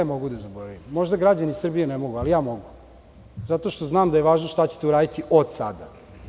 Možda građani Srbije ne mogu, ali ja mogu, zato što znam da je važno šta ćete uraditi od sada.